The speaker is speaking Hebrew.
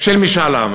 של משאל עם.